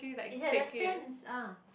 it's at the stance ah